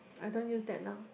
I don't use that now